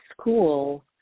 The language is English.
school